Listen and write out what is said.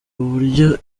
uburyo